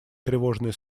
тревожные